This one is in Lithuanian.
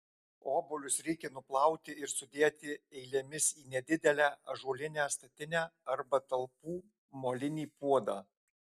obuolius reikia nuplauti ir sudėti eilėmis į nedidelę ąžuolinę statinaitę arba talpų molinį puodą